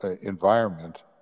environment